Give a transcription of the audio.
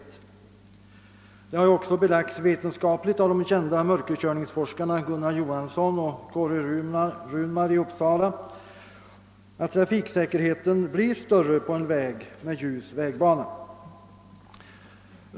Att trafiksäkerheten blir större på en väg med ljus vägbana har ju också belagts vetenskapligt av de kända mörkerkörningsforskarna Gunnar Johansson och Kåre Runmar i Uppsala.